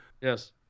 Yes